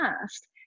past